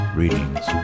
readings